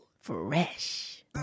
Fresh